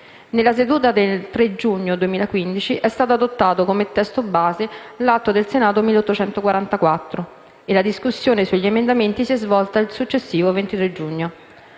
Nella seduta del 3 giugno 2015 è stato adottato come testo base l'Atto Senato 1844 e la discussione sugli emendamenti si è svolta il successivo 23 giugno.